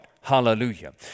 Hallelujah